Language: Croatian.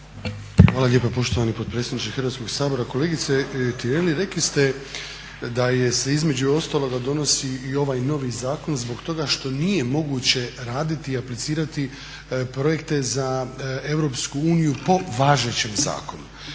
Hvala lijepa poštovani potpredsjedniče Hrvatskog sabora. Kolegice Tireli, rekli ste da se između ostalog donosi i ovaj novi zakon zbog toga što nije moguće raditi i aplicirati projekte za EU po važećem zakonu.